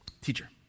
teacher